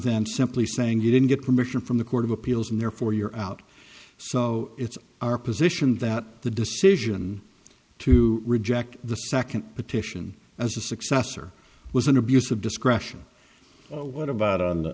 than simply saying you didn't get permission from the court of appeals and therefore you're out so it's our position that the decision to reject the second petition as a successor was an abuse of discretion what about on